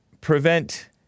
prevent